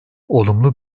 olumlu